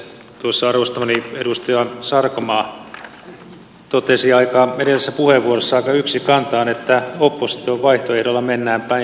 tuossa arvostamani edustaja sarkomaa totesi edellisessä puheenvuorossaan aika yksikantaan että opposition vaihtoehdolla mennään päin seinää